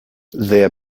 their